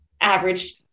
average